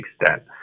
extent